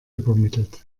übermittelt